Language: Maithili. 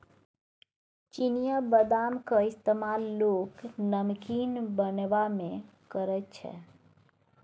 चिनियाबदामक इस्तेमाल लोक नमकीन बनेबामे करैत छै